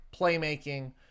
playmaking